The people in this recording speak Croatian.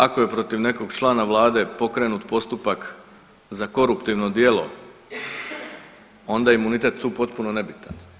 Ako je protiv nekog člana vlade pokrenut postupak za koruptivno djelo onda je imunitet tu potpuno nebitan.